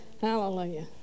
Hallelujah